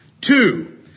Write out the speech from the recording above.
Two